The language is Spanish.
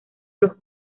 los